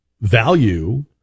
value